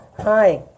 Hi